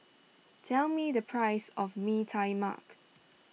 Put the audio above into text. tell me the price of Mee Tai Mak